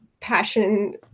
passion